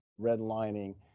redlining